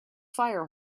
fire